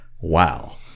wow